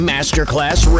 Masterclass